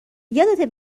یادته